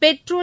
petrol